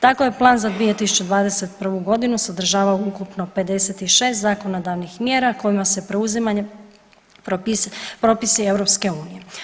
Tako je plan za 2021.g. sadržavao ukupno 56 zakonodavnih mjera kojima se preuzimanje, propisi EU.